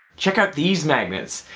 check out these magnets.